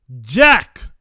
Jack